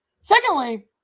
Secondly